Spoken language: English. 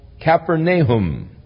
Capernaum